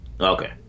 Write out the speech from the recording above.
Okay